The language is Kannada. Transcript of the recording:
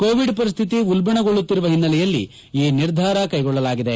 ಕೋವಿಡ್ ಪರಿಸ್ತಿತಿ ಉಲ್ಪಣಗೊಳ್ಳುತ್ತಿರುವ ಹಿನ್ನೆಲೆಯಲ್ಲಿ ಈ ನಿರ್ಧಾರ ಕೈಗೊಳ್ಳಲಾಗಿದೆ